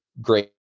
great